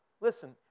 Listen